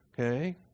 Okay